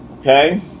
Okay